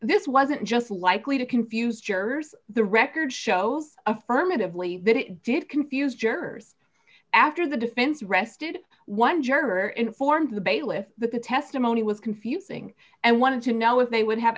this wasn't just likely to confuse jurors the record shows affirmatively that it did confuse jurors after the defense rested one juror informs the bailiff that the testimony was confusing and wanted to know if they would have